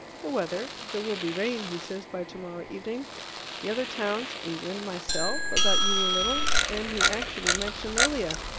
the weather there will be rain, he says, by tomorrow evening the other towns, england, myself, about you a little, and he actually mentioned lilia.